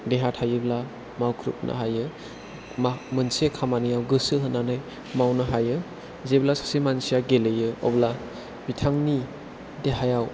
देहा थायोब्ला मावख्रुबनो हायो मोनसे खामानियाव गोसो होनानै मावनो हायो जेब्ला सासे मानसिया गेलेयो अब्ला बिथांनि देहायाव